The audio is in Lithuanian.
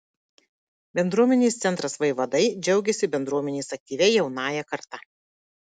bendruomenės centras vaivadai džiaugiasi bendruomenės aktyvia jaunąja karta